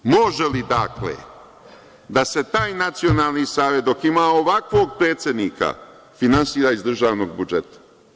Može li, dakle, da se taj Nacionalni savet dok ima ovakvog predsednika, finansira iz državnog budžeta?